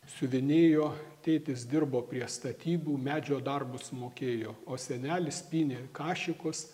siuvinėjo tėtis dirbo prie statybų medžio darbus mokėjo o senelis pynė kašikus